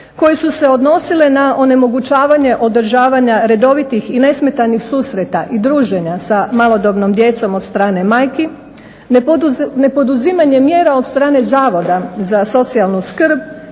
koje su se odnosile na onemogućavanje održavanja redovitih i nesmetanih susreta i druženja sa malodobnom djecom od strane majki. Ne poduzimanje mjera od strane Zavoda za socijalnu skrb,